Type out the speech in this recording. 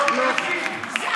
לא, לא.